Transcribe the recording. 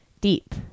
deep